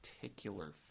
particular